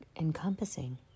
encompassing